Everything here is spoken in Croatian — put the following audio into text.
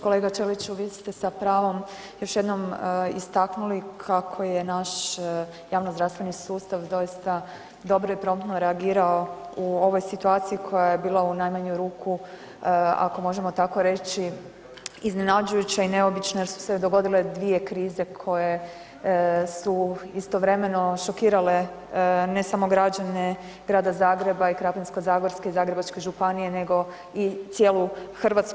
Kolega Ćeliću vi ste sa pravom još jednom istaknuli kako je naš javnozdravstveni sustav doista dobro i promptno reagirao u ovoj situaciji koja je bila u najmanju ruku ako možemo tako reći iznenađujuće i neobične jer su se dogodile dvije krize koje su istovremeno šokirale ne samo građane Grada Zagreba i Krapinsko-zagorske i Zagrebačke županije nego i cijelu Hrvatsku.